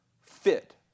fit